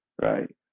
right